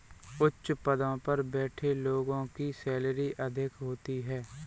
उच्च पदों पर बैठे लोगों की सैलरी अधिक होती है